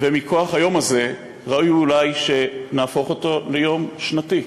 מכוח היום הזה, וראוי אולי שנהפוך אותו ליום שנתי,